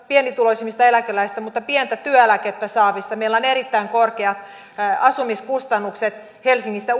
pienituloisimmista eläkeläisistä myös pientä työeläkettä saavista usein he ovat yksin asuvia naisia meillä on erittäin korkeat asumiskustannukset helsingissä